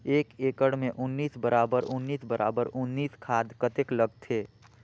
एक एकड़ मे उन्नीस बराबर उन्नीस बराबर उन्नीस खाद कतेक लगथे?